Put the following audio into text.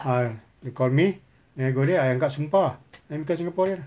ah they called me then I go there I angkat sumpah ah then become singaporean lah